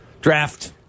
draft